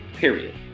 Period